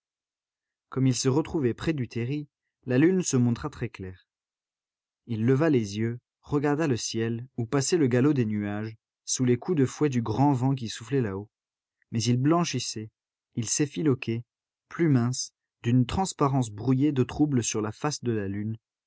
comme il se retrouvait près du terri la lune se montra très claire il leva les yeux regarda le ciel où passait le galop des nuages sous les coups de fouet du grand vent qui soufflait là-haut mais ils blanchissaient ils s'effiloquaient plus minces d'une transparence brouillée d'eau trouble sur la face de la lune